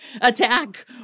attack